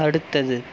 அடுத்தது